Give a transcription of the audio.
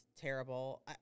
terrible